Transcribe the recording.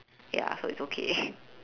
ya so it's okay